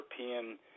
European